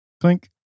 Clink